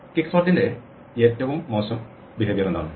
ക്വിക്സോർട്ടിന്റെ ഏറ്റവും മോശം പെരുമാറ്റം എന്താണ്